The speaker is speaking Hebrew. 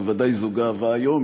בוודאי זו גאווה היום,